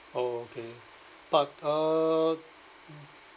oh okay but uh